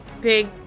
big